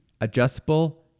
adjustable